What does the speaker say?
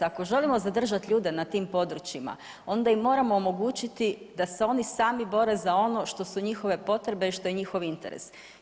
Ako želimo zadržati ljude na tim područjima onda im moramo omogućiti da se oni sami bore za ono što su njihove potrebe i što je njihov interes.